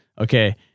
Okay